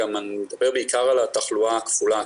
אני מדבר בעיקר על התחלואה הכפולה,